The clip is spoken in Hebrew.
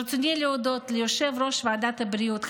ברצוני להודות ליושב-ראש ועדת הבריאות,